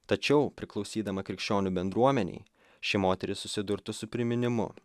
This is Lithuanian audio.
tačiau priklausydama krikščionių bendruomenei ši moteris susidurtų su priminimu